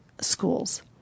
schools